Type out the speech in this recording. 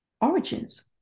origins